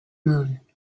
moon